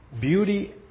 Beauty